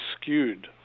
skewed